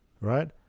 Right